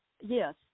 Yes